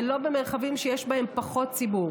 ולא במרחבים שיש בהם פחות ציבור.